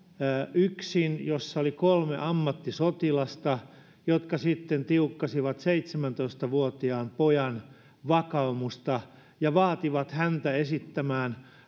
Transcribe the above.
yksin huoneessa jossa oli kolme ammattisotilasta jotka sitten tiukkasivat seitsemäntoista vuotiaan pojan vakaumusta ja vaativat häntä esittämään